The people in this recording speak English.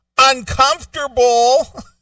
uncomfortable